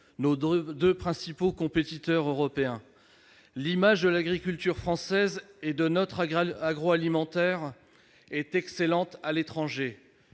nos deux principaux compétiteurs européens. L'image de l'agriculture française et de notre agroalimentaire est excellente à l'étranger.